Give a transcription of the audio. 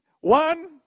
One